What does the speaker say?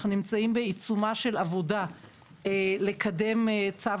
אנחנו נמצאים בעיצומה של עבודה לקדם צו